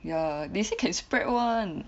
ya they say can spread one